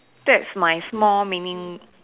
that's my small meaning